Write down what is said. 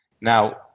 Now